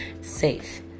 safe